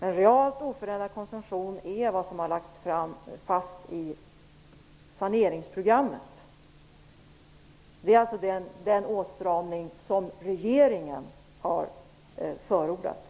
En realt oförändrad konsumtion är vad som har lagts fast i saneringsprogrammet. Det är alltså den åtstramning som regeringen har krävt.